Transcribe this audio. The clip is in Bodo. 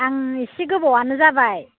आं इसे गोबावानो जाबाय